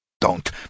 Don't